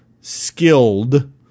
skilled